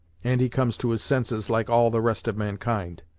and he comes to his senses like all the rest of mankind.